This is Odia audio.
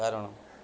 କାରଣ